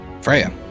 Freya